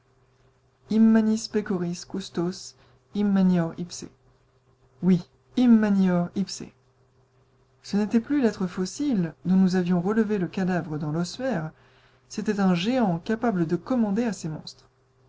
custos immanior ipse oui immanior ipse ce n'était plus l'être fossile dont nous avions relevé le cadavre dans l'ossuaire c'était un géant capable de commander à ces monstres